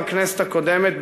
בכנסת הקודמת,